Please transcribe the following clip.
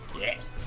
Yes